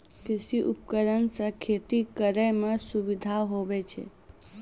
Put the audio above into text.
कृषि उपकरण से खेती करै मे सुबिधा हुवै छै